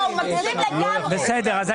אם